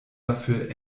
dafür